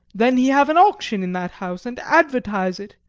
then he have an auction in that house, and advertise it,